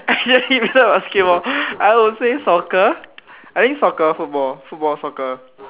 actually basketball I will say soccer I think soccer football football soccer